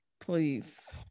please